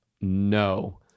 no